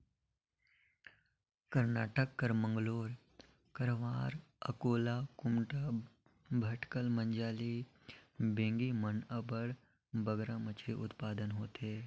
करनाटक कर मंगलोर, करवार, अकोला, कुमटा, भटकल, मजाली, बिंगी मन में अब्बड़ बगरा मछरी उत्पादन होथे